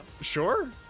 Sure